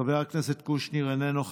חבר הכנסת קושניר, איננו.